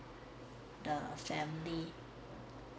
the famliy